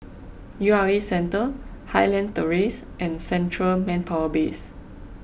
U R A Centre Highland Terrace and Central Manpower Base